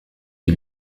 die